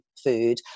food